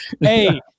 Hey